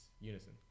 unison